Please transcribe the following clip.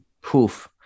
poof